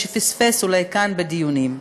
למי שפספס אולי כאן בדיונים,